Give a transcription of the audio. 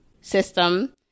system